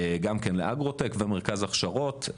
גם כן לאגרוטק ומרכז הכשרות,